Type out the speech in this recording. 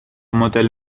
مدل